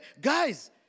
Guys